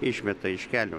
išmeta iš kelio